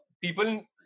people